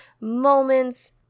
moments